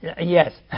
Yes